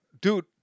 dude